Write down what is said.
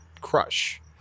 crush